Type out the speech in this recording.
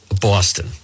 Boston